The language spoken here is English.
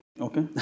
Okay